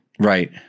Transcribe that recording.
Right